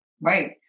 Right